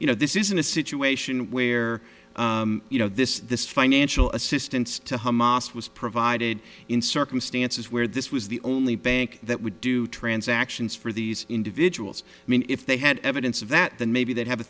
you know this isn't a situation where you know this financial assistance to hamas was provided in circumstances where this was the only bank that would do transactions for these individuals i mean if they had evidence of that that maybe they'd have a